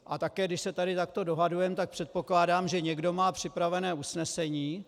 A také když se tady takto dohadujeme, tak předpokládám, že někdo má připravené usnesení.